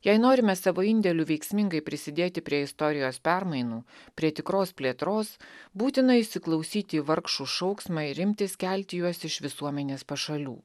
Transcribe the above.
jei norime savo indėliu veiksmingai prisidėti prie istorijos permainų prie tikros plėtros būtina įsiklausyti į vargšų šauksmą ir imtis kelti juos iš visuomenės pašalių